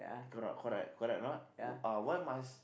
correct correct correct or not uh uh why must